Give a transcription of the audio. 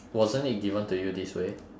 wasn't it given to you this way